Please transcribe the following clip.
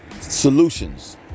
solutions